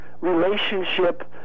relationship